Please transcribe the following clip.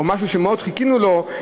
או משהו שמאוד חיכינו לו,